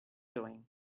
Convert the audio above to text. doing